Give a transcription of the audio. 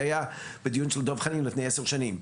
זה היה בדיון של דב חנין לפני עשר שנים.